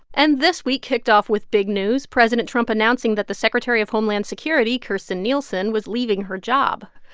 and this week kicked off with big news president trump announcing that the secretary of homeland security, kirstjen nielsen, was leaving her job.